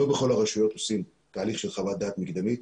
לא בכל הרשויות עושים תהליך של חוות דעת מקדמית.